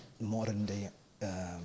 modern-day